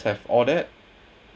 have all that